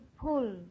pull